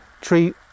tree